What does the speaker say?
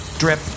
drip